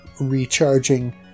recharging